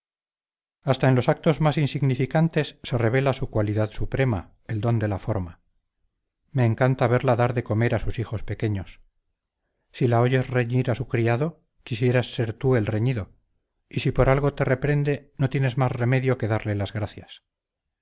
hasta en los actos más insignificantes se revela su cualidad suprema el don de la forma me encanta verla dar de comer a sus hijos pequeños si la oyes reñir a su criado quisieras ser tú el reñido y si por algo te reprende no tienes más remedio que darle las gracias